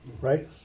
right